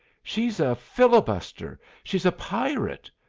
she's a filibuster! she's a pirate!